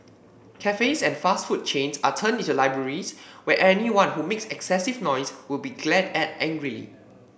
cafes and fast food chains are turned into libraries where anyone who makes excessive noise would be glared at angrily